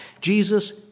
Jesus